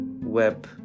web